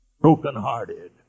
brokenhearted